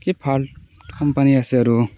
কি ফাল্টু কোম্পানী আছে আৰু